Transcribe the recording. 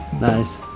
Nice